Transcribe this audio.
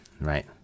right